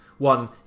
One